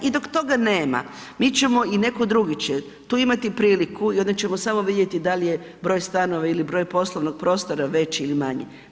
I dok toma nema, mi ćemo i neko drugi će tu imati priliku i onda ćemo samo vidjeti dali je broj stanova ili broj poslovnog prostora veći ili manje.